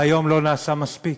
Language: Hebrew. והיום לא נעשה מספיק.